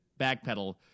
backpedal